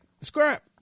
scrap